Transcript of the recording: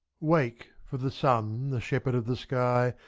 wake! for the sun, the shepherd of the sky.